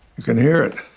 you can hear it.